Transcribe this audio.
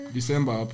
December